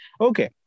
Okay